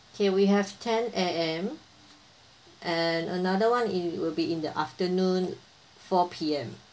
K we have ten A_M and another one it will be in the afternoon four P_M